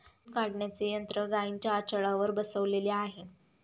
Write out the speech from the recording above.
दूध काढण्याचे यंत्र गाईंच्या आचळावर बसवलेले आहे